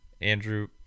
Andrew